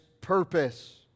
purpose